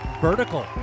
vertical